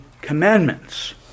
commandments